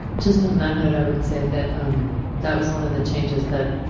just on that note i would say that that was one of the changes that